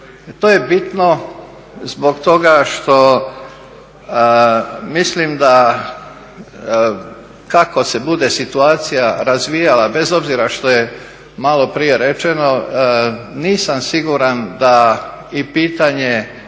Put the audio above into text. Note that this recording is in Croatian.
To je bitno zbog toga što mislim da kako se bude situacija razvijala bez obzira što je maloprije rečeno, nisam siguran da i pitanje